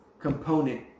Component